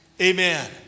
Amen